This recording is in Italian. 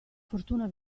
fortuna